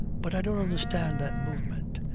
but i don't understand that movement.